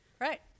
Right